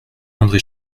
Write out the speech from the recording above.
andré